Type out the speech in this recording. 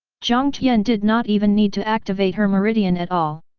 jiang tian did not even need to activate her meridian at all.